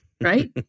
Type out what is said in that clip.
right